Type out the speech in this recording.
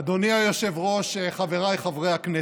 אדוני היושב-ראש, חבריי חברי הכנסת,